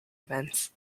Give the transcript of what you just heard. events